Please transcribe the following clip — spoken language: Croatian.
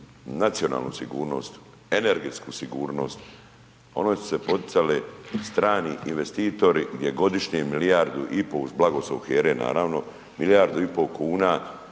nacionalnu sigurnost, energetsku sigurnost. Ono su se poticale strani investitori, gdje godišnje milijardu i pol, uz blagoslov HERA-e naravno, milijardu i pol kuna